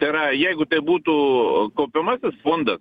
tai yra jeigu būtų kaupiamasis fondas